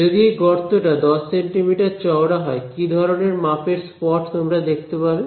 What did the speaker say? যদি এই গর্তটি 10 সেন্টিমিটার চওড়া হয় কি ধরনের মাপের স্পট তোমরা দেখতে পাবে